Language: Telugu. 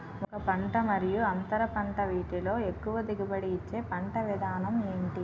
ఒక పంట మరియు అంతర పంట వీటిలో ఎక్కువ దిగుబడి ఇచ్చే పంట విధానం ఏంటి?